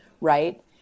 right